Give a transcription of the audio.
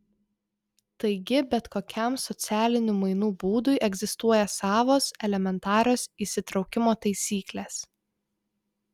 taigi bet kokiam socialinių mainų būdui egzistuoja savos elementarios įsitraukimo taisyklės